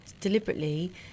deliberately